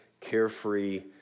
carefree